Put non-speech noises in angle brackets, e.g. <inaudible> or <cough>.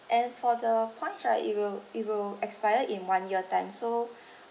and for the points right it will it will expire in one year time so <breath>